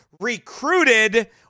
recruited